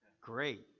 Great